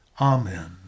Amen